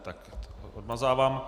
Tak ji odmazávám.